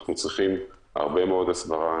אנחנו צריכים הרבה מאוד הסברה,